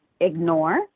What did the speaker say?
ignore